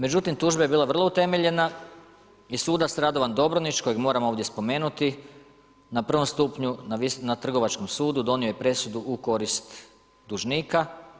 Međutim, tužba je bila vrlo utemeljeno i sudac Radovan Dobronić, kojeg moram ovdje spomenuti, na I stupnju na Trgovačkom sudu donio je presudu u korist dužnika.